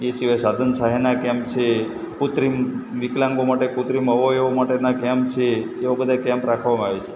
એ સિવાય સાધન સહાયના કેમ્પ છે કૃત્રિમ વિકલાંગો માટે કૃત્રિમ અવયવો માટેના કેમ્પ છે એવા બધા કેમ્પ રાખવામાં આવે છે